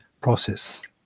process